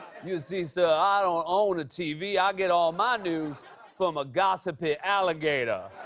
you see, sir, i ah don't own a tv. i get all my news from a gossipy alligator.